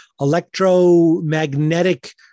electromagnetic